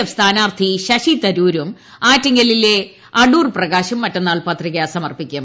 F സ്ഥാനാർത്ഥി ശശിതരൂരും ആറ്റിങ്ങലിലെ അടൂർ പ്രകാശും മറ്റന്നാൾ പത്രിക സമർപ്പിക്കും